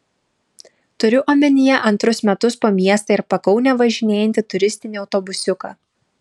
turiu omenyje antrus metus po miestą ir pakaunę važinėjantį turistinį autobusiuką